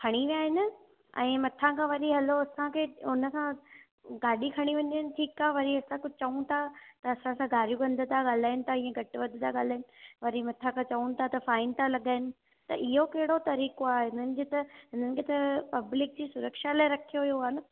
खणी विया आहिनि ऐं मथां खां वरी हलो असांखे हुनखां गाॾी खणी वञनि ठीकु आहे वरी असां कुझु चऊं था त असां सां गारियूं गंद था ॻाल्हाइनि त हीअं घटि वधि था ॻाल्हाइनि वरी मथां खां चऊं था त फाइन था लॻाइनि त इहो कहिड़ो तरीक़ो आहे इननि जे त हिननि खे त पब्लिक जी सुरक्षा लाइ रखियो वियो आहे न